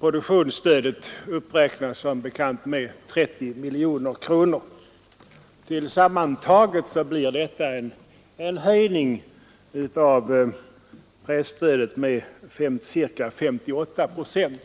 Produktionsstödet uppräknas som bekant med 30 miljoner kronor. Tillsammantaget blir detta en höjning av presstödet med ca 58 procent.